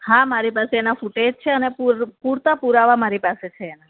હા મારી પાસે એના ફૂટેજ છે અને પૂરતા પુરાવા મારી પાસે છે એના